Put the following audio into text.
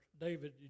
David